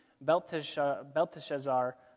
Belteshazzar